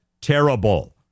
terrible